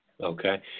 Okay